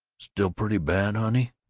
still pretty bad, honey?